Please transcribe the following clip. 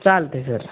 चालते सर